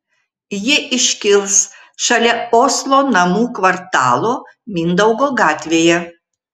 ji iškils šalia oslo namų kvartalo mindaugo gatvėje